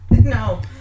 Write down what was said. No